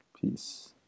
Peace